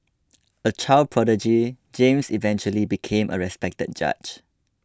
a child prodigy James eventually became a respected judge